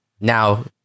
now